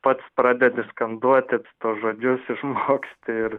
pats pradedi skanduoti tuos žodžius išmoksti ir